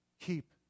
Keep